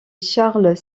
charles